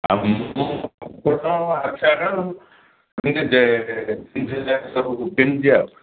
ଆଉ ମୁଁ ଆଚାର ସବୁ କିଣିଛି ଆଉ